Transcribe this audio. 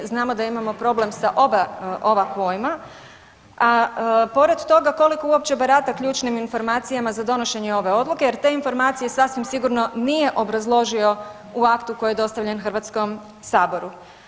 Znamo da imamo problem sa oba ova pojma, a pored toga koliko uopće barata ključnim informacijama za donošenje ove odluke, jer te informacije sasvim sigurno nije obrazložio u aktu koji je dostavljen Hrvatskom saboru.